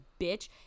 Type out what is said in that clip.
bitch